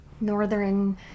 northern